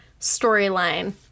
storyline